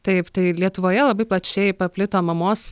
taip tai lietuvoje labai plačiai paplito mamos